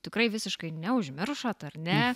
tikrai visiškai neužmiršot ar ne